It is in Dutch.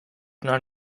naar